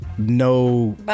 No